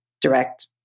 direct